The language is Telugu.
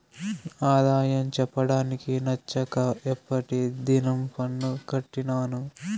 నా ఆదాయం చెప్పడానికి నచ్చక ఎప్పటి దినం పన్ను కట్టినాను